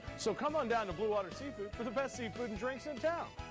so come on down to blue water seafood for the best seafood and drinks in town.